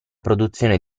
produzione